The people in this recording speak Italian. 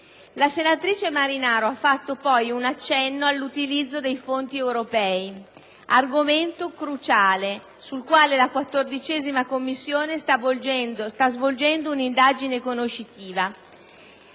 La senatrice Marinaro ha fatto poi un accenno all'utilizzo dei fondi europei, argomento cruciale sul quale la 14a Commissione sta svolgendo un'indagine conoscitiva,